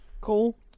Cool